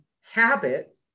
habit